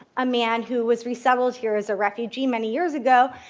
a man who was resettled here as a refugee many years ago,